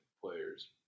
players